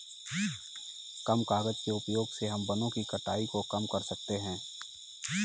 कम कागज़ के उपयोग से हम वनो की कटाई को कम कर सकते है